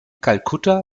kalkutta